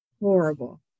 horrible